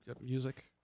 Music